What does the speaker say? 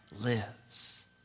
lives